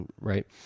Right